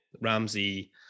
Ramsey